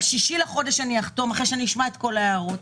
ב-6 לחודש אני אחתום אחרי שאשמע את כל ההערות.